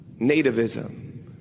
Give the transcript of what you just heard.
Nativism